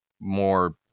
more